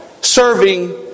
serving